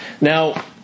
now